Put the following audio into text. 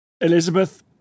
Elizabeth